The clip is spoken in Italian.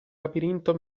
labirinto